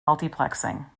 multiplexing